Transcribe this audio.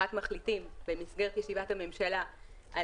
בהצעת מחליטים במסגרת ישיבת הממשלה על